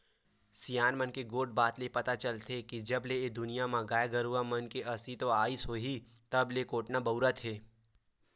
सियान मन के गोठ बात ले पता चलथे के जब ले ए दुनिया म गाय गरुवा मन के अस्तित्व आइस होही तब ले कोटना बउरात हे